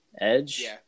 Edge